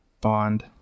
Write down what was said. Bond